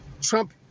Trump